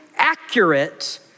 accurate